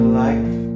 life